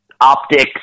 optics